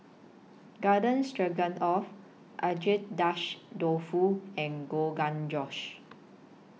Garden Stroganoff Agedashi Dofu and Rogan Josh